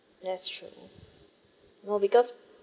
that's true no because